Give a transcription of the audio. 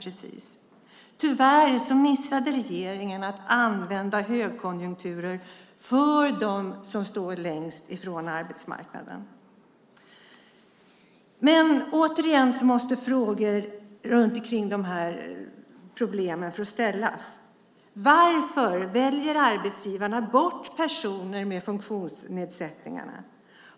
Regeringen missade tyvärr att använda högkonjunkturen för dem som står längst från arbetsmarknaden. Frågor om de här problemen måste få ställas. Varför väljer arbetsgivarna bort personer med funktionsnedsättning?